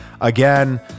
again